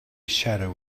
shadow